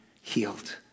healed